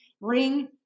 ring